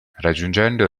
raggiungendo